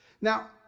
Now